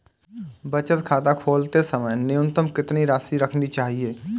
बचत खाता खोलते समय न्यूनतम कितनी राशि रखनी चाहिए?